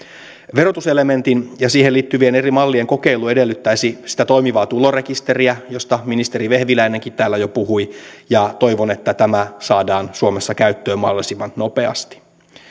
verotuselementin ja siihen liittyvien eri mallien kokeilu edellyttäisi sitä toimivaa tulorekisteriä josta ministeri vehviläinenkin täällä jo puhui ja toivon että tämä saadaan suomessa käyttöön mahdollisimman nopeasti